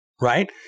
right